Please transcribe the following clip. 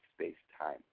space-time